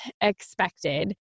expected